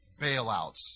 bailouts